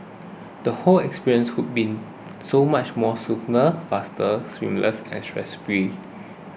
the whole experience would be so much more smoother faster seamless and stress free